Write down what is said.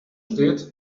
steht